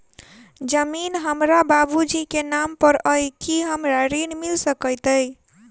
जमीन हमरा बाबूजी केँ नाम पर अई की हमरा ऋण मिल सकैत अई?